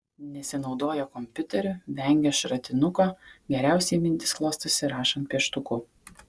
nesinaudoja kompiuteriu vengia šratinuko geriausiai mintys klostosi rašant pieštuku